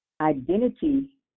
identity